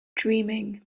dreaming